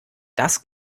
das